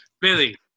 Billy